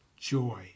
joy